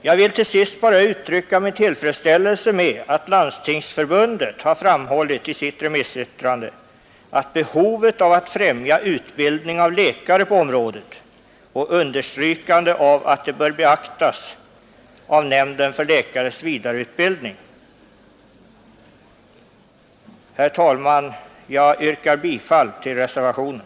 Jag vill till sist bara uttrycka min tillfredsställelse med att Landstingsförbundet i sitt remissyttrande har framhållit behovet av att främja utbildningen av läkare på området och understrukit att det bör beaktas av nämnden för läkares vidareutbildning. Herr talman! Jag yrkar bifall till reservationen.